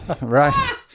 right